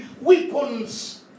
weapons